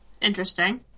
Interesting